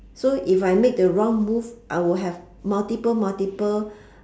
so if I make the wrong move I will have multiple multiple